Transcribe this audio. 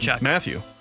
Matthew